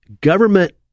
government